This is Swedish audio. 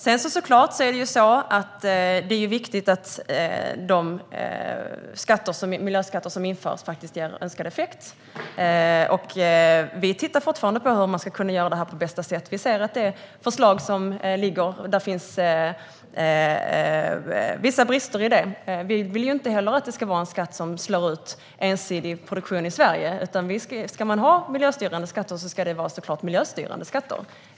Det är självklart viktigt att de miljöskatter som införs faktiskt ger önskad effekt. Vi tittar fortfarande på hur man ska kunna göra detta på bästa sätt, och vi ser att det finns vissa brister i det förslag som föreligger. Vi vill inte heller att det ska vara en skatt som ensidigt slår ut produktion i Sverige, utan ska vi ha miljöstyrande skatter ska de såklart vara miljöstyrande.